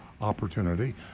opportunity